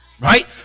Right